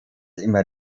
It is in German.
immer